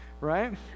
right